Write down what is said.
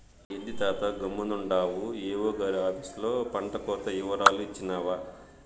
ఏంది తాతా గమ్మునుండావు ఏవో గారి ఆపీసులో పంటకోత ఇవరాలు ఇచ్చినావా